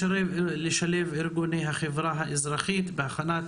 לשלב את ארגוני החברה האזרחית בהכנת